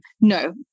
no